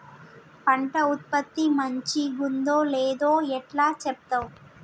పంట ఉత్పత్తి మంచిగుందో లేదో ఎట్లా చెప్తవ్?